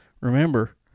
remember